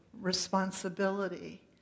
responsibility